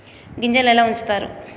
గింజలు ఎలా ఉంచుతారు?